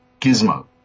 gizmo